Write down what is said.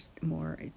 more